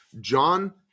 John